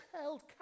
held